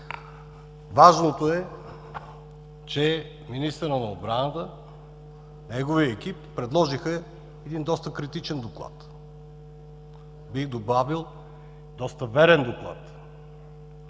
Важното е, че министърът на отбраната и неговият екип предложиха доста критичен доклад, бих добавил, доста верен Доклад.